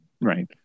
right